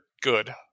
good